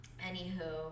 anywho